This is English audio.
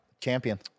Champion